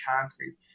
concrete